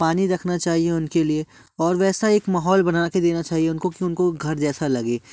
पानी रखना चाहिए उनके लिए और वैसा एक माहौल बना के देना चाहिए उनको कि उनको घर जैसा लगे